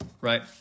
right